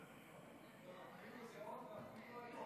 אפילו זהות ואפילו היום.